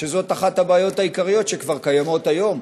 שזו אחת הבעיות העיקריות שכבר קיימות היום.